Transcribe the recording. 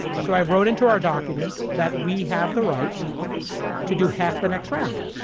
so i wrote into our documents that we have the right to do half the next round.